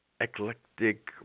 eclectic